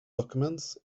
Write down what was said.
documents